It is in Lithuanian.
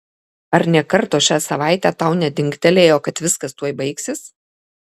ar nė karto šią savaitę tau nedingtelėjo kad viskas tuoj baigsis